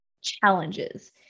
challenges